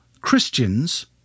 Christians